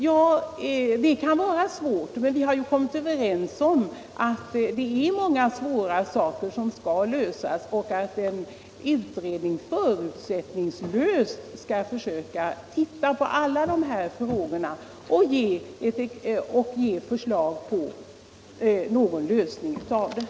Ja, det kan vara svårt, men vi har ju kommit överens om att det är många problem som skall lösas och att en utredning förutsättningslöst skall försöka se på alla dessa frågor och framlägga förslag till någon lösning av dem.